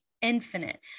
infinite